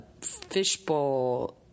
fishbowl